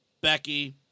Becky